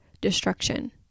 destruction